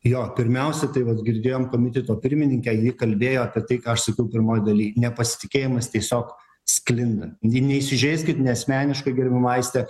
jo pirmiausia tai mes girdėjom komiteto pirmininkę ji kalbėjo apie tai ką aš sakiau pirmoj daly nepasitikėjimas tiesiog sklinda n neįsižeiskit ne asmeniškai gerbiama aiste